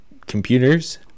computers